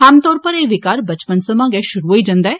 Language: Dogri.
आमतौर पर एह् विकार बचपन सवां गै शुरू होई जन्दा ऐ